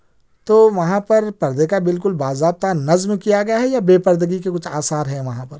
تو وہاں پر پردے کا بالکل باضابطہ نظم کیا گیا ہے یا بے پردگی کے کچھ آثار ہیں وہاں پر